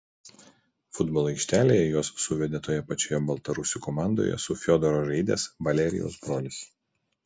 futbolo aikštelėje juos suvedė toje pačioje baltarusių komandoje su fiodoru žaidęs valerijos brolis